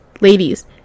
ladies